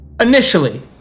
Initially